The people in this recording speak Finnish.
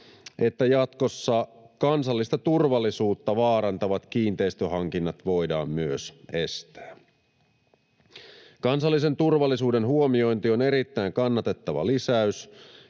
että jatkossa kansallista turvallisuutta vaarantavat kiinteistöhankinnat voidaan myös estää. Kansallisen turvallisuuden huomiointi on erittäin kannatettava lisäys,